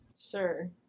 Sure